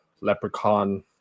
Leprechaun